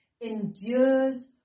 endures